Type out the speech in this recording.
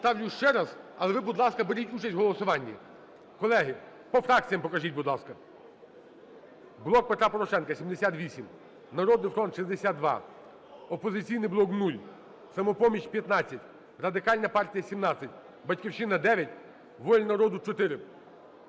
поставлю ще раз, але ви, будь ласка, беріть участь в голосуванні. Колеги, по фракціям покажіть, будь ласка. "Блок Петра Порошенка" – 78, "Народний фронт" – 62, "Опозиційний блок" – 0, "Самопоміч" – 15, Радикальна партія – 17, "Батьківщина" – 9, "Воля народу" –